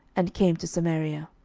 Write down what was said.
and came to samaria.